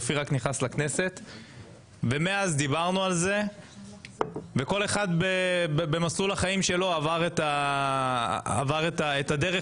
מאז כל אחד במסלול החיים שלו עבר דרך